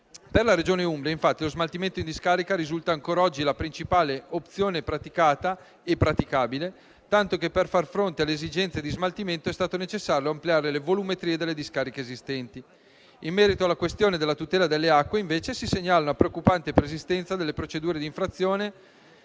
Per la Regione Umbria, infatti, lo smaltimento in discarica risulta ancora oggi la principale opzione praticata e praticabile, tanto che, per far fronte alle esigenze di smaltimento, è stato necessario ampliare le volumetrie delle discariche esistenti. In merito alla questione della tutela delle acque, invece, si segnala una preoccupante persistenza delle procedure di infrazione